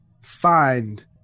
find